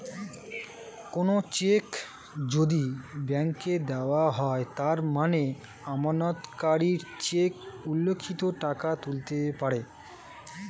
কোনো চেক যদি ব্যাংকে দেওয়া হয় তার মানে আমানতকারী চেকে উল্লিখিত টাকা তুলতে পারে